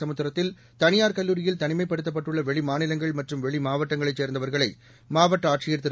சமுத்திரத்தில் தனியார் கல்லூரியில் தனிமைப்படுத்தப்பட்டுள்ள வெளிமாநிலங்கள் மற்றும் வெளிமாவட்டங்களைச் சேர்ந்தவர்களை மாவட்ட ஆட்சியர் திரு